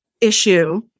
issue